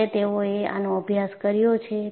જ્યારે તેઓએ આનો અભ્યાસ કર્યો છે